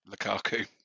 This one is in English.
Lukaku